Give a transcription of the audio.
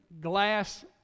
glass